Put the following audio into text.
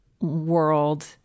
world